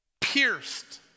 Pierced